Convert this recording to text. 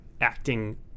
acting